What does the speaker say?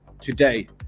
today